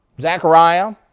Zechariah